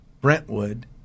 Brentwood